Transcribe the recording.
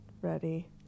ready